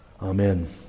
Amen